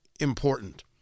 important